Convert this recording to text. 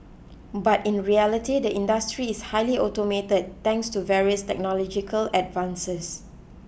but in reality the industry is highly automated thanks to various technological advances